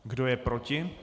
Kdo je proti?